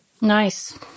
Nice